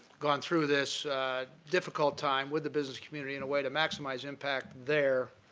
gone through this difficult time with the business community in a way to maximize impact there,